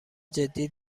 جدی